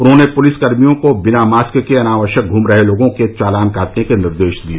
उन्होंने पुलिस कर्मियों को बिना मास्क के अनावश्यक घूम रहे लोगों के चालान काटने के निर्देश दिए